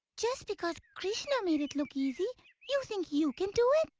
just because krishna made it look easy you think you can do it?